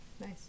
Nice